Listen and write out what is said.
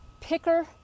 picker